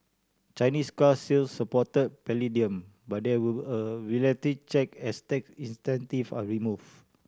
Chinese car sales supported palladium but there will a reality check as tax incentive are removed